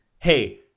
hey